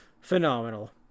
phenomenal